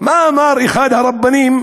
ומה אמר אחד הרבנים?